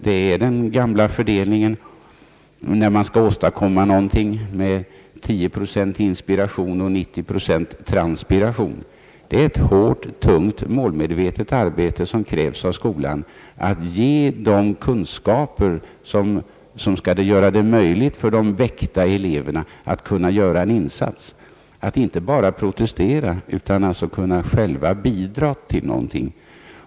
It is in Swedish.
Här gäller den gamla fördelningen med 10 procent inspiration och 90 procent transpiration, när man skall åstadkomma någonting. Det är ett hårt, tungt och målmedvetet arbete som krävs av skolan. Det gäller att ge eleverna den kunskap, som skall göra det möjligt för dem att kunna göra en insats, att inte bara protestera, utan själva kunna bidra till någonting.